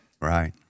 right